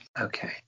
Okay